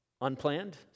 unplanned